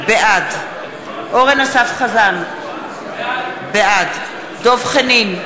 בעד אורן אסף חזן, בעד דב חנין,